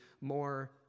more